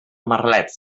merlets